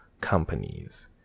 companies